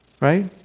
Right